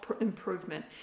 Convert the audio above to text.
improvement